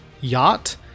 Yacht